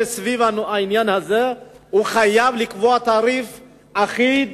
סביב העניין הזה הוא חייב לקבוע תעריף אחיד